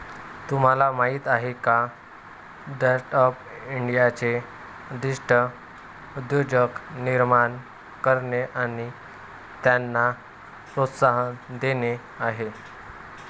तुम्हाला माहीत आहे का स्टँडअप इंडियाचे उद्दिष्ट उद्योजक निर्माण करणे आणि त्यांना प्रोत्साहन देणे आहे